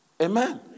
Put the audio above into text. Amen